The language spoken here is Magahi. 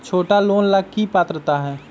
छोटा लोन ला की पात्रता है?